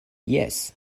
jes